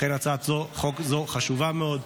לכן הצעת חוק זו חשובה מאוד,